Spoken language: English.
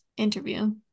interview